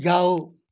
जाओ